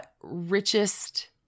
Richest